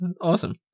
awesome